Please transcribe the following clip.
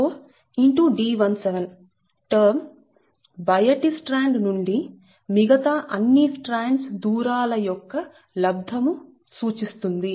D17 term బయటి strand నుండి మిగతా అన్ని స్ట్రాండ్స్ దూరాల యొక్క లబ్ధము సూచిస్తుంది